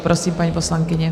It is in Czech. Prosím, paní poslankyně.